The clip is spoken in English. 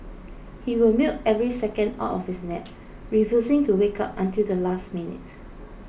he will milk every second out of his nap refusing to wake up until the last minute